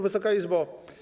Wysoka Izbo!